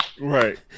Right